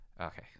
okay